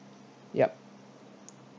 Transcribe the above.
yup